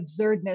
absurdness